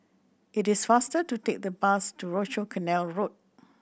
it is faster to take the bus to Rochor Canal Road